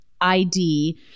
ID